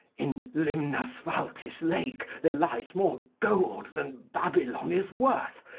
in limnasphaltis' lake there lies more gold than babylon is worth,